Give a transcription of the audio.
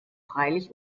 freilich